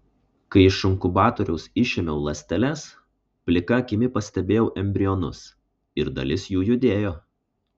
kai iš inkubatoriaus išėmiau ląsteles plika akimi pastebėjau embrionus ir dalis jų judėjo